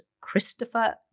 Christopher